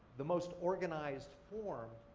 the most organized form,